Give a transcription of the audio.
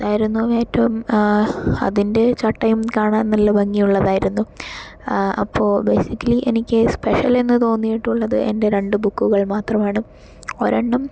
അതായിരുന്നു ഏറ്റവും അതിൻ്റെ ചട്ടയും കാണാൻ നല്ല ഭംഗിയുള്ളതായിരുന്നു അപ്പോൾ ബേസിക്കലി എനിക്ക് സ്പെഷ്യൽ എന്ന് തോന്നിയിട്ടുള്ളത് എൻ്റെ രണ്ട് ബുക്കുകൾ മാത്രം ആണ് ഒരെണ്ണം